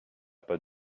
pas